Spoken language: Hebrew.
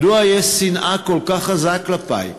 מדוע יש שנאה כל כך עזה כלפי?